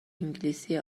انگلیسی